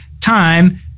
time